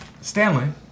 Stanley